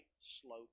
slope